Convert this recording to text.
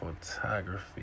photography